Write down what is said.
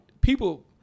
people